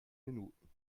minuten